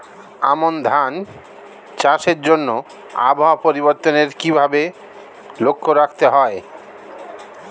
আমন ধান চাষের জন্য আবহাওয়া পরিবর্তনের কিভাবে লক্ষ্য রাখতে হয়?